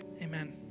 Amen